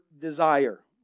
desire